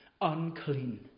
unclean